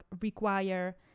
require